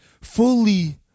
fully